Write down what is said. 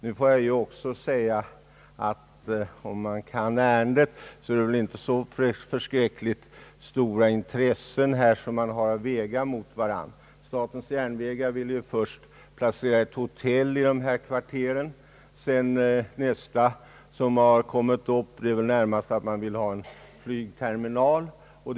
Nu vill jag också säga att den som känner till ärendet vet att det inte är så stora intressen man har att väga mot varandra. Statens järnvägar ville först placera ett hotell i dessa kvarter. Nästa fråga som kom upp var väl närmast att man vill ha en flygterminal där.